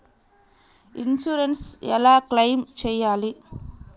Insurance ఎలా claim చేయాలి?